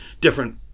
different